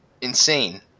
insane